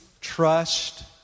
Trust